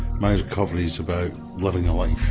my recovery's about living a life.